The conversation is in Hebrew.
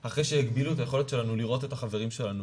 ישראל זה הנושא של איזו שהיא אסטרטגיה שמדברת על היישום בשטח.